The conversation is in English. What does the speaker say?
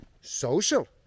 social